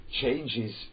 changes